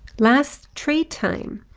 last trade time,